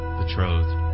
betrothed